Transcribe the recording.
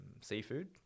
seafood